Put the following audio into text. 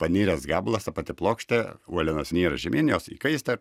paniręs gabalas ta pati plokštė uolienos nyra žemyn jos įkaista